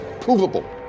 provable